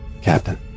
Captain